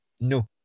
no